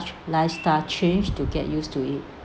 lifestyle change to get used to it